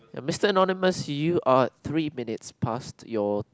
the Mister Anonymous you are three minutes past your